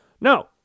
No